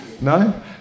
No